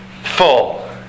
full